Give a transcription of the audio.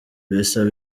bisaba